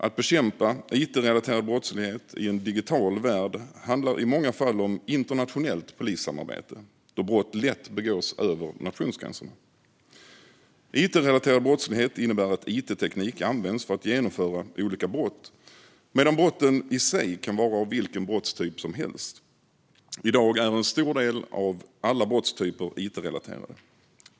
Att bekämpa it-relaterad brottslighet i en digital värld handlar i många fall om internationellt polissamarbete, då brott lätt begås över nationsgränserna. It-relaterad brottslighet innebär att it-teknik används för att genomföra olika brott, medan brotten i sig kan vara av vilken brottstyp som helst. I dag är en stor del av alla brottstyper it-relaterade.